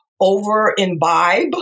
over-imbibe